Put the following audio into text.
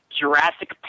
Jurassic